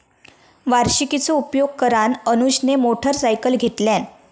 वार्षिकीचो उपयोग करान अनुजने मोटरसायकल घेतल्यान